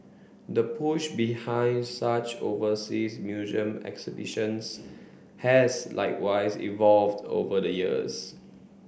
the push behind such overseas museum exhibitions has likewise evolved over the years